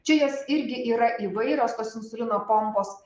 čia jos irgi yra įvairios tos insulino pompos